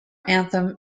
anthem